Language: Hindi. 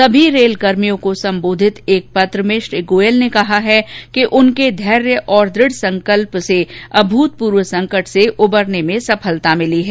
सभी रेलकर्मियों को संबोधित एक पत्र में श्री गोयल ने कहा है कि उनके धैर्य और दृढ़ संकल्प से अभूतपूर्वसंकट से उबरने में सफल हुए हैं